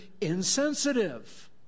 insensitive